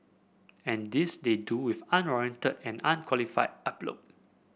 and this they do with unwarranted and unqualified aplomb